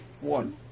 One